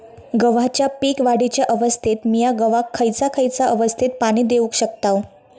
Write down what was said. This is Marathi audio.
गव्हाच्या पीक वाढीच्या अवस्थेत मिया गव्हाक खैयचा खैयचा अवस्थेत पाणी देउक शकताव?